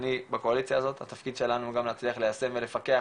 בקואליציה הזאת התפקיד שלנו הוא גם להצליח ליישם ולפקח,